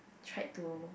tried to